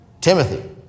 Timothy